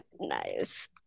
Nice